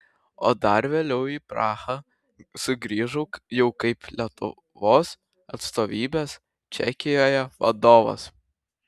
o dar vėliau į prahą sugrįžau jau kaip lietuvos atstovybės čekijoje vadovas